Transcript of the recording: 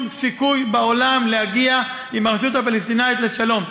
סיכוי בעולם להגיע עם הרשות הפלסטינית לשלום.